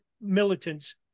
militants